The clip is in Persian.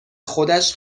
خودش